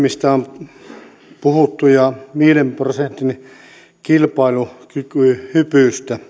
mistä on puhuttu ja viiden prosentin kilpailukykyhyppy